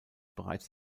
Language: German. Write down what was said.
bereits